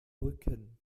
rücken